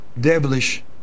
devilish